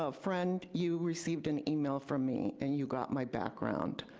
ah friend, you received an email from me and you got my background,